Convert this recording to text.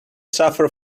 suffer